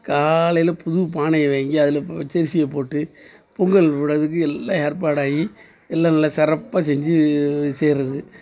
காலையில் புது பானையை வாங்கி அதில் பச்சரிசியை போட்டு பொங்கல் விடுறத்துக்கு எல்லாம் ஏற்பாடாகி எல்லாம் நல்லா சிறப்பா செஞ்சு செய்யறது